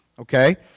okay